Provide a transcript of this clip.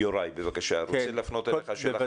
חבר הכנסת יוראי הרצנו רוצה להפנות אליך שאלה.